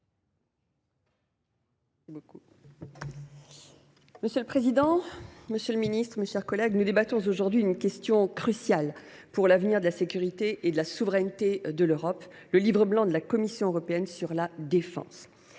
Belrhiti. Monsieur le président, monsieur le ministre, mes chers collègues, nous débattons aujourd’hui d’une question cruciale pour l’avenir de la sécurité et de la souveraineté de l’Europe : le livre blanc de la Commission européenne sur la défense.